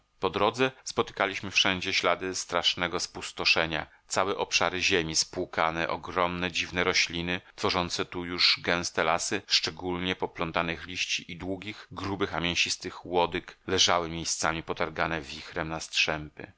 po drodze spotykaliśmy wszędzie ślady strasznego spustoszenia całe obszary ziemi spłukane ogromne dziwne rośliny tworzące tu już gęste lasy szczególnie poplątanych liści i długich grubych a mięsistych łodyg leżały miejscami potargane wichrem na